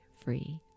free